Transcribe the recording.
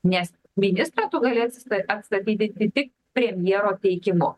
nes ministrą tu galėsi atsista atstatydinti tik premjero teikimu